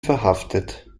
verhaftet